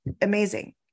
amazing